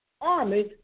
army